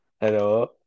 Hello